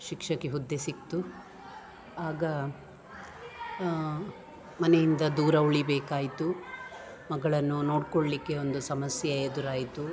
ಶಿಕ್ಷಕಿ ಹುದ್ದೆ ಸಿಕ್ತು ಆಗ ಮನೆಯಿಂದ ದೂರ ಉಳಿಬೇಕಾಯಿತು ಮಗಳನ್ನು ನೋಡ್ಕೊಳ್ಳಲ್ಲಿಕ್ಕೆ ಒಂದು ಸಮಸ್ಯೆ ಎದುರಾಯಿತು